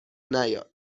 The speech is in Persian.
نیار